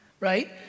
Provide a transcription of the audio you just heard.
Right